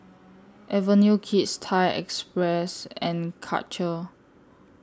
Avenue Kids Thai Express and Karcher